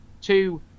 Two